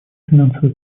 финансовой